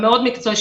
המאוד מקצועי,